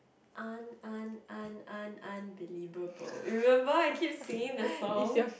un~ un~ un~ un~ unbelievable remember I keep singing the song